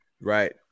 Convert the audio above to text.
right